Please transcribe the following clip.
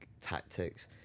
tactics